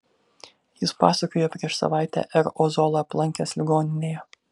jis pasakojo prieš savaitę r ozolą aplankęs ligoninėje